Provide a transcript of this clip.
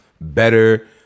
better